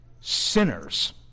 sinners